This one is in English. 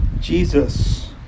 Jesus